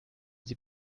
sie